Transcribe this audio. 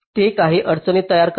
ते काही अडचणी तयार करतात